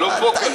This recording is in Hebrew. הוא לא פה כרגע.